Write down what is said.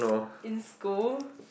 in school